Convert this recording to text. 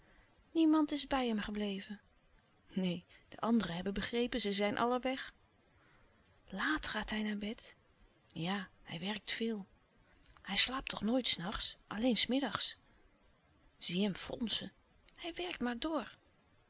niemand is bij hem gebleven neen de anderen hebben begrepen ze zijn allen weg laat gaat hij naar bed ja hij werkt veel hij slaapt toch nooit s nachts alleen s middags zie hem fronsen hij werkt maar door